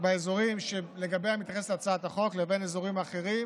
באזורים שאליהם מתייחסת הצעת החוק לבין אזורים אחרים